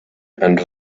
and